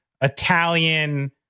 italian